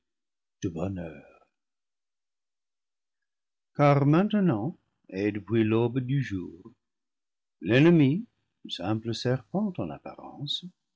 car maintenant et depuis l'aube du jour l'ennemi simple serpent en apparence